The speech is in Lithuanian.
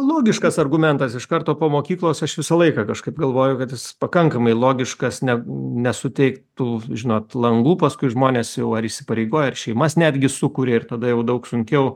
logiškas argumentas iš karto po mokyklos aš visą laiką kažkaip galvoju kad jis pakankamai logiškas ne nesuteiktų žinot langų paskui žmonės jau ar įsipareigoja ar šeimas netgi sukuria ir tada jau daug sunkiau